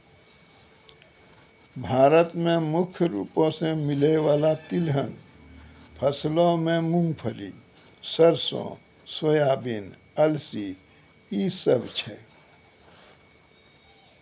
भारत मे मुख्य रूपो से मिलै बाला तिलहन फसलो मे मूंगफली, सरसो, सोयाबीन, अलसी इ सभ छै